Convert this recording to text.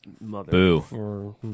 Boo